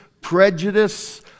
prejudice